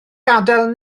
gadael